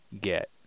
get